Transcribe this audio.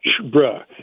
Bruh